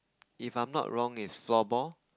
if I'm not wrong it's floorball